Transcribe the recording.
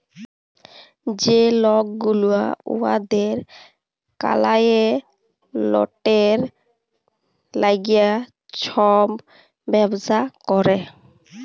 যে লক গুলা উয়াদের কালাইয়েল্টের ল্যাইগে ছব ব্যবসা ক্যরে